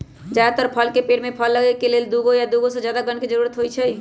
जदातर फल के पेड़ में फल लगे के लेल दुगो या दुगो से जादा गण के जरूरत होई छई